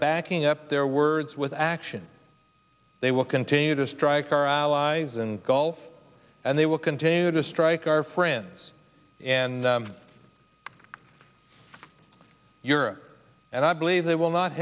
backing up their words with action they will continue to strike our allies and gulf and they will continue to strike our friends and europe and i believe they will not